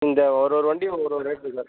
இந்த ஒரு ஒரு வண்டி ஒரு ஒரு ரேட்டில் சார்